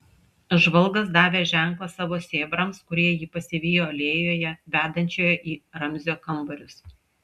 žvalgas davė ženklą savo sėbrams kurie jį pasivijo alėjoje vedančioje į ramzio kambarius